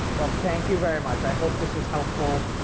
well, thank you very much. i hope this was helpful,